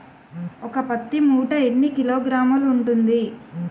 ఒక పత్తి మూట ఎన్ని కిలోగ్రాములు ఉంటుంది?